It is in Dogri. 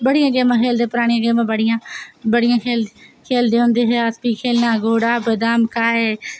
बड़ियां गेमां खेल्लदे परानियां गेमां बड़ियां अस बड़ियां खेल्लदे होंदे हे अस प्ही खेल्लना घोड़ा बादाम खाए